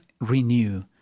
renew